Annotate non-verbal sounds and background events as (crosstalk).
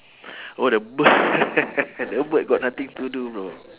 oh the bird (laughs) the bird got nothing to do bro